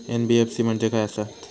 NBFC म्हणजे खाय आसत?